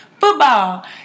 football